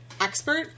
expert